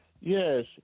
Yes